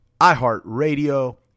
iHeartRadio